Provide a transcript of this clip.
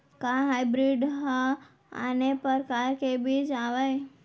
का हाइब्रिड हा आने परकार के बीज आवय?